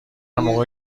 موقع